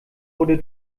wurde